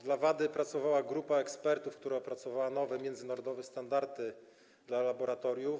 Dla WADA pracowała grupa ekspertów, która opracowała nowe międzynarodowe standardy dla laboratoriów.